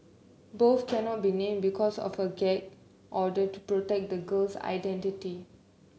both cannot be name because of a gag order to protect the girl's identity